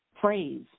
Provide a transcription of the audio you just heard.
phrase